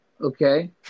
Okay